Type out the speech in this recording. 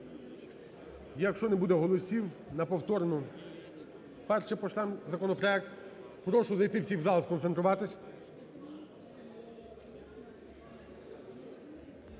Якщо не буде голосів, на повторне перше пошлемо законопроект. Прошу зайти всіх в зал, сконцентруватись.